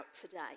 today